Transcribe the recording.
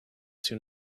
soon